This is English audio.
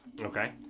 Okay